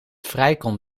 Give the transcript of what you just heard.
vrijkomt